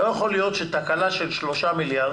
לא יכול להיות שתקלה של 3 מיליארד